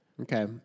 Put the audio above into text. Okay